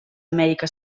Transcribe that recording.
amèrica